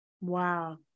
Wow